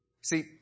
See